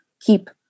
keep